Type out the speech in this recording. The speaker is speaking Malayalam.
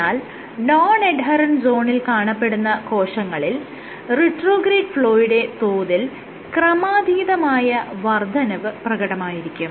എന്നാൽ നോൺ എഡ്ഹെറെന്റ് സോണിൽ കാണപ്പെടുന്ന കോശങ്ങളിൽ റിട്രോഗ്രേഡ് ഫ്ലോയുടെ തോതിൽ ക്രമാധീതമായ വർദ്ധനവ് പ്രകടമായിരിക്കും